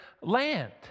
land